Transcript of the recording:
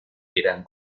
eran